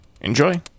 Enjoy